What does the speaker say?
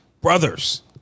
brothers